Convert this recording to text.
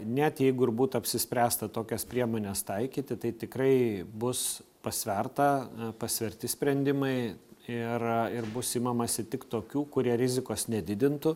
net jeigu ir būti apsispręsta tokias priemones taikyti tai tikrai bus pasverta pasverti sprendimai ir ir bus imamasi tik tokių kurie rizikos nedidintų